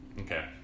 Okay